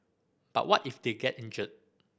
but what if they get injured